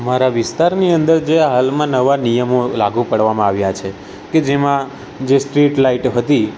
અમારા વિસ્તારની અંદર જે હાલમાં નવા નિયમો લાગુ પાડવામાં આવ્યા છે કે જેમા જે સ્ટ્રીટ લાઇટ હતી